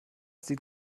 sieht